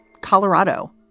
Colorado